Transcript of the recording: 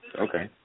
Okay